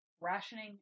rationing